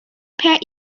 per